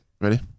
Ready